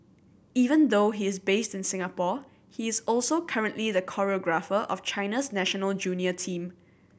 even though he is based in Singapore he is also currently the choreographer of China's national junior team